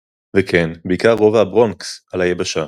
וכן, בעיקר רובע הברונקס, על היבשה.